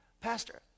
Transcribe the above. Pastor